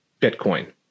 Bitcoin